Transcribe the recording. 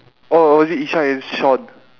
oh or is it ishan and shawn